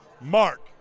Mark